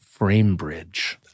FrameBridge